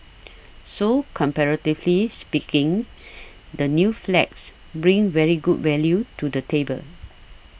so comparatively speaking the new flats bring very good value to the table